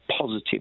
positive